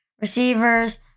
receivers